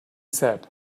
said